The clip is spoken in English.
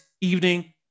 evening